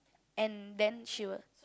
and then she will